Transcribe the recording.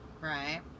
right